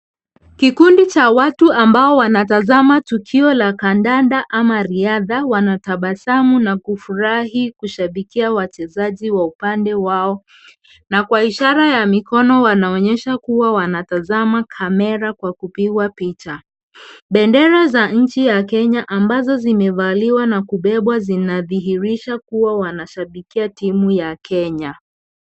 Kikundi cha watu ambao wanatazama tukio la kandanda ama riadha wanatabasamu na kufurahi kushabikia wachezaji wa upande wao na kwa ishara ya mikono wanaonyesha kuwa wanatazama kamera kwa kupigwa picha. Bendera za nchi ya Kenya ambazo zimevalia na kubebwa zinadhihirisha kuwa wanshabikia timu ya Kenya.